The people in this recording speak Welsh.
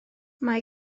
mae